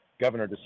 Governor